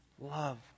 love